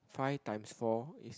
five times four is